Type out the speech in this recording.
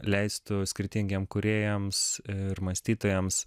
leistų skirtingiem kūrėjams ir mąstytojams